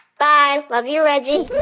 bye. love you, reggie